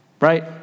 Right